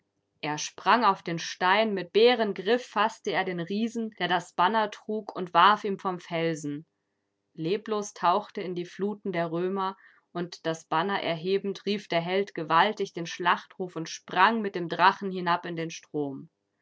er sprang auf den stein mit bärengriff faßte er den riesen der das banner trug und warf ihn vom felsen leblos tauchte in die fluten der römer und das banner erhebend rief der held gewaltig den schlachtruf und sprang mit dem drachen hinab in den strom